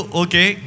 okay